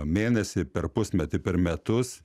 mėnesį per pusmetį per metus